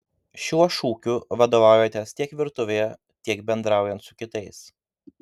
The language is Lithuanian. šiuo šūkiu vadovaujatės tiek virtuvėje tiek bendraujant su kitais